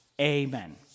Amen